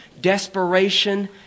desperation